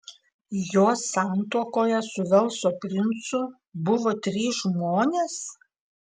jos santuokoje su velso princu buvo trys žmonės